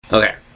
Okay